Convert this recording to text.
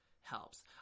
helps